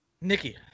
Nikki